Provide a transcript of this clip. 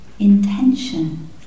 intention